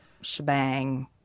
shebang